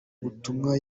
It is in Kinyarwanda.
butumwa